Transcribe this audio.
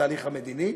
בתהליך המדיני,